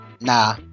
nah